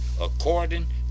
according